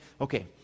okay